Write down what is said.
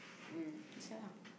mm that's why lah